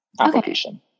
application